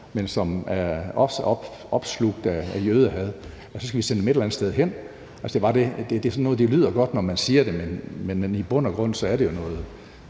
som også er opslugt af jødehad, og at så skal vi sende dem et eller andet sted hen. Altså, det er sådan noget, der lyder godt, når man siger det, men i bund og grund er det jo noget